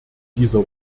dieser